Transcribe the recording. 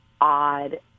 odd